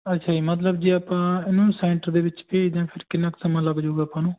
ਅੱਛਾ ਜੀ ਮਤਲਬ ਜੇ ਆਪਾਂ ਇਹਨੂੰ ਸੈਂਟਰ ਦੇ ਵਿੱਚ ਭੇਜਦੇ ਹਾਂ ਫਿਰ ਕਿੰਨਾ ਕੁ ਸਮਾਂ ਲੱਗ ਜੂਗਾ ਆਪਾਂ ਨੂੰ